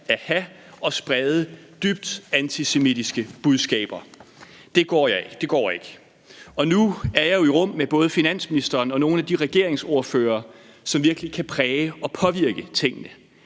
at have og sprede dybt antisemitiske budskaber. Det går ikke. Og nu er jeg jo i rum med både finansministeren og nogle af de regeringsordførere, som virkelig kan præge og påvirke tingene: